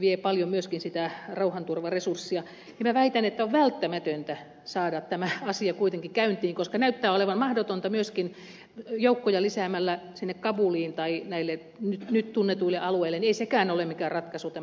ja paljon myöskin sitä rauhanturvaresurssia niin minä väitän että on välttämätöntä saada tämä asia kuitenkin käyntiin koska näyttää olevan mahdotonta myöskään joukkoja lisäämällä sinne kabuliin tai näille nyt tunnetuille alueille saada ratkaisua tähän ongelmaan